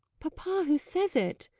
papa, who says it?